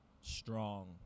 strong